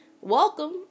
Welcome